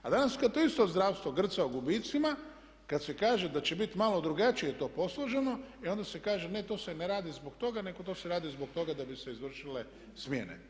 A danas kad to isto zdravstvo grca u gubicima, kad se kaže da će biti malo drugačije to posloženo i onda se kaže, ne to se ne radi zbog toga, nego to se radi zbog toga da bi se izvršile smjene.